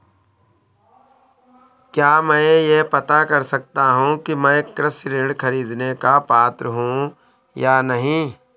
क्या मैं यह पता कर सकता हूँ कि मैं कृषि ऋण ख़रीदने का पात्र हूँ या नहीं?